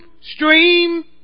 stream